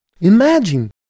Imagine